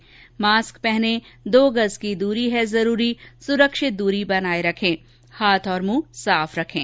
mask पहनें दो गज़ की दूरी है जरूरी सुरक्षित दूरी बनाए रखें हाथ और मुंह साफ रखें